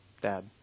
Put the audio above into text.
dad